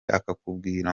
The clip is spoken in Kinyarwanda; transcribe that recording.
akakubwira